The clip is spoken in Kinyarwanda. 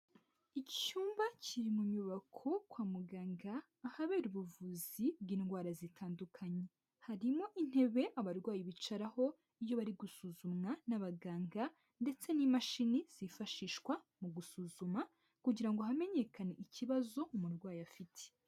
Icyumba kiri mu nyubako kwa muganga, ahabera ubuvuzi bw'indwara zitandukanye, harimo intebe abarwayi bicaraho iyo bari gusuzumwa n'abaganga ndetse n'imashini zifashishwa mu gusuzuma, kugira ngo hamenyekane ikibazo umurwayi afite.